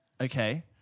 Okay